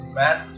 man